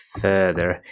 further